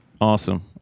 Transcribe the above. Awesome